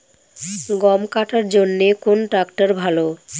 গম কাটার জন্যে কোন ট্র্যাক্টর ভালো?